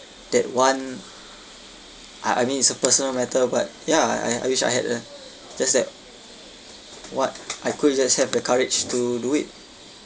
that one I I mean it's a personal matter but ya I I wish I had the just that what I could just have the courage to to do it